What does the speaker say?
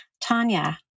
Tanya